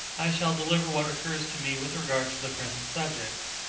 i shall deliver what occurs to me with regard to the present subject.